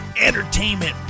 entertainment